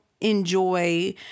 enjoy